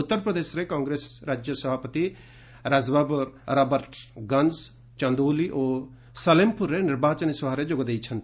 ଉତ୍ତର ପ୍ରଦେଶରେ କଂଗ୍ରେସ ରାଜ୍ୟ ସଭାପତି ରାଜବାବର୍ ରବର୍ଟସ୍ଗଞ୍ଜ୍ ଚନ୍ଦୌଲୀ ଓ ସଲେମ୍ପୁରରେ ନିର୍ବାଚନୀ ସଭାରେ ଯୋଗ ଦେଇଛନ୍ତି